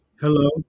Hello